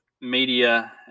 media